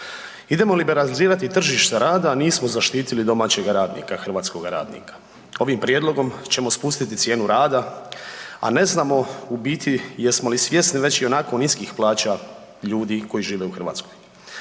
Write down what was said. idemo liberalizirati tržište rada, a nismo zaštitili domaćega radnika, hrvatskog radnika. Ovim prijedlogom ćemo spustiti cijenu rada, a ne znamo u biti jesmo li svjesni već ionako niskih plaća ljudi koji žive u Hrvatskoj.